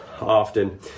often